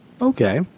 Okay